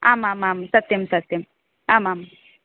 आमामाम् सत्यं सत्यम् आमाम्